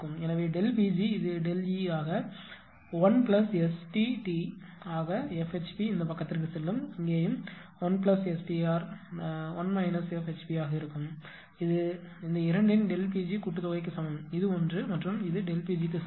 எனவே ΔP g இது ΔE ஆக 1ST t ஆக F HP இந்த பக்கத்திற்குச் செல்லும் இங்கேயும் 1ST r 1 F HP ஆக இருக்கும் இது இந்த இரண்டின் ΔP g கூட்டுத்தொகைக்கு சமம் இது ஒன்று மற்றும் இது ΔP g க்கு சமம்